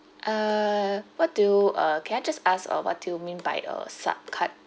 uh what do you uh can I just ask uh what do you mean by the sup card